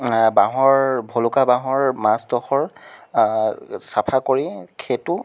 বাঁহৰ ভলুকা বাঁহৰ মাজডোখৰ চাফা কৰি সেইটো